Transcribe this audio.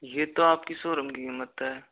यह तो आपके शोरूम की कीमत है